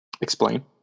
explain